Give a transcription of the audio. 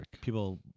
people